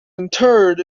interred